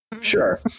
Sure